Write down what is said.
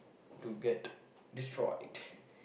to get destroyed